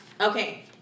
Okay